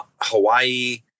Hawaii